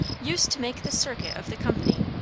used to make the circuit of the company,